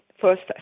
First